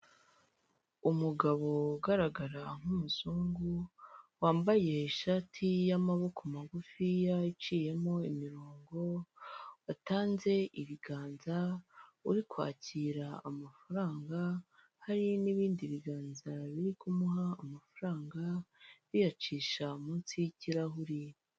Umugabo ugaragara nk'umuzungu wambaye ishati y'amaboko magufi iciyemo imirongo, watanze ibiganza uri kwakira amafaranga, hari n'ibindi biganza biri kumuha amafaranga biyacisha munsi yikirahuri.